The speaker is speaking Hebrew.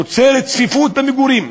נוצרת צפיפות במגורים.